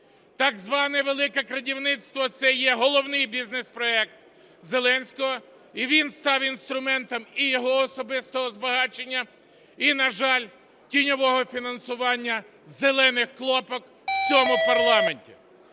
Так зване велике крадівництво – це є головний бізнес-проект Зеленського, і він став інструментом і його особистого збагачення, і, на жаль, тіньового фінансування "зелених кнопок" в цьому парламенті.